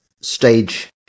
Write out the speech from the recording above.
stage